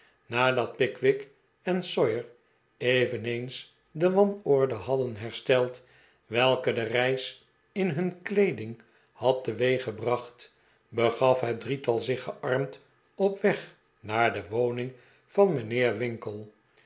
nadat pickwick en sawyer eveneens de wanorde hadden hersteld welke de reis in hun heeding had teweeggebracht begaf het drietal zich gea rmd op weg naar de woning van mijnheer winkle